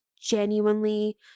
genuinely